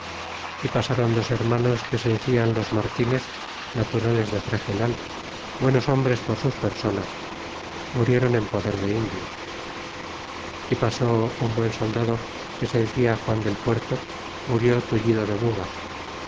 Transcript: y pasron dos hermanos que se decian los martinez naturales de fregenal buenos hombres por sus personas murieron en poder de indios y pasó un buen soldado que se decia juan del puerto murió tullido de bebas